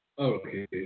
Okay